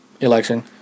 election